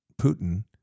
Putin